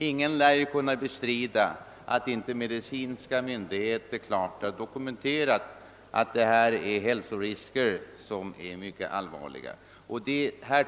Ingen lär ju kunna bestrida att medicinska myndigheter klart har dokumenterat att här föreligger mycket allvarliga hälsorisker.